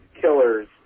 killers